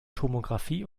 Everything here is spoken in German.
tomographie